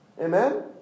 Amen